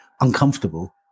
uncomfortable